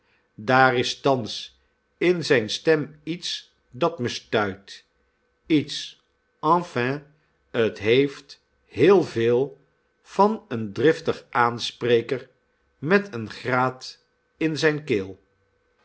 daar is thands in zijn stem iets dat me stuit iets enfin t heeft heel veel van een driftig aanspreker met een graat in zijn keel